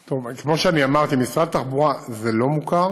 טוב, כמו שאמרתי, למשרד התחבורה זה לא מוכר,